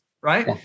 Right